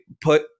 put